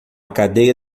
cadeia